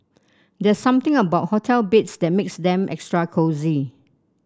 there something about hotel beds that makes them extra cosy